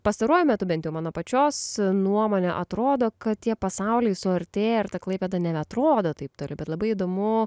pastaruoju metu bent mano pačios nuomone atrodo kad tie pasauliai suartėja ir ta klaipėda nebeatrodo taip toli bet labai įdomu